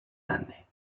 grande